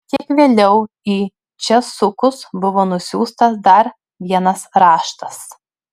kiek vėliau į česukus buvo nusiųstas dar vienas raštas